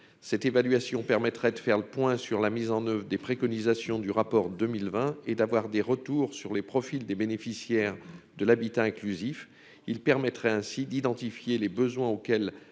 cette évaluation permettrait de faire le point sur la mise en oeuvre des préconisations du rapport 2020 et d'avoir des retours sur les profils des bénéficiaires de l'habitat inclusif il permettrait ainsi d'identifier les besoins auxquels